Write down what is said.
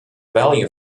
value